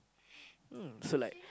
um so like